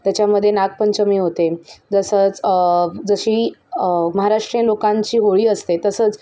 त्याच्यामध्ये नागपंचमी होते जसंच जशी महाराष्ट्रीय लोकांची होळी असते तसंच